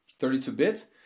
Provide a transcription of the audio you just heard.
32-bit